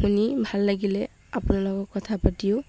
শুনি ভাল লাগিলে আপোনালোকক কথা পাতিও